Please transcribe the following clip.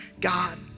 God